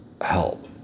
help